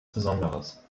besonderes